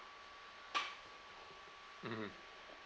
mmhmm